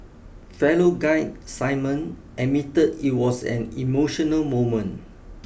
fellow guide Simon admitted it was an emotional moment